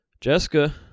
Jessica